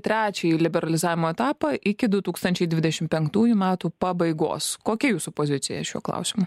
trečiąjį liberalizavimo etapą iki du tūkstančiai dvidešim penktųjų metų pabaigos kokia jūsų pozicija šiuo klausimu